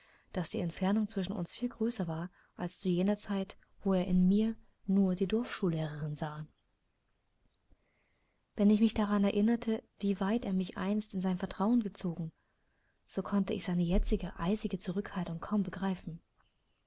daß die entfernung zwischen uns viel größer war als zu jener zeit wo er in mir nur die dorfschullehrerin sah wenn ich mich daran erinnerte wie weit er mich einst in sein vertrauen gezogen so konnte ich seine jetzige eisige zurückhaltung kaum begreifen